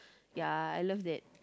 ya I love it